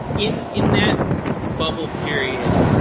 in in that bubble period,